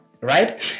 right